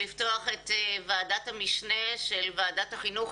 לפתוח את ישיבת ועדת המשנה של ועדת החינוך,